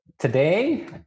Today